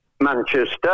Manchester